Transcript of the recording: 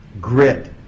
grit